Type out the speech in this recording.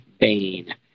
Bane